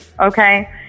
okay